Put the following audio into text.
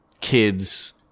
kids